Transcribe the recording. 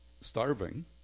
starving